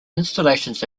installations